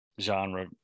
genre